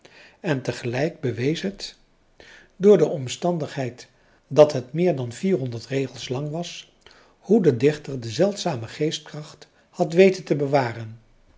en tegelijk bewees het door de omstandigheid dat het meer dan vierhonderd regels lang was hoe de dichter de zeldzame geestkracht had weten te bewaren